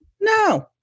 No